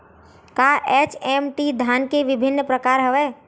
का एच.एम.टी धान के विभिन्र प्रकार हवय?